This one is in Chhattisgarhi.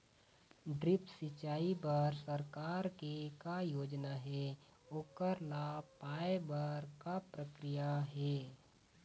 ड्रिप सिचाई बर सरकार के का योजना हे ओकर लाभ पाय बर का प्रक्रिया हे?